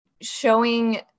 showing